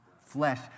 flesh